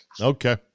Okay